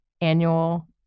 annual